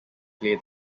play